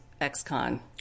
ex-con